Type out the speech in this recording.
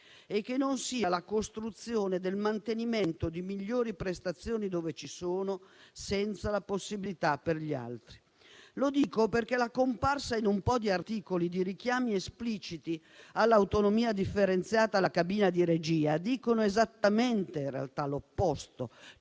che non determini il mantenimento di migliori prestazioni dove ci sono, senza la possibilità per gli altri. Lo dico perché la comparsa in alcuni articoli di richiami espliciti all'autonomia differenziata e alla cabina di regia dicono esattamente, in realtà, l'opposto,